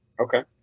Okay